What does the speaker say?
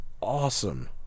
awesome